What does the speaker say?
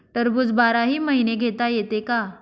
टरबूज बाराही महिने घेता येते का?